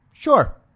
Sure